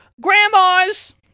grandmas